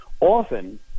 Often